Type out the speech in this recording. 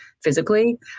physically